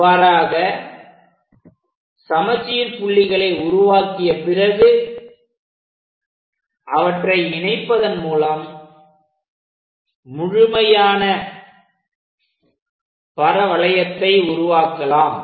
இவ்வாறாக சமச்சீர் புள்ளிகளை உருவாக்கிய பிறகு அவற்றை இணைப்பதன் மூலம் முழுமையான பரவளையத்தை உருவாக்கலாம்